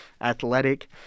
athletic